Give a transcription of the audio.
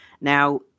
now